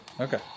Okay